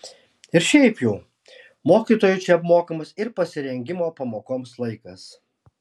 ir šiaip jau mokytojui čia apmokamas ir pasirengimo pamokoms laikas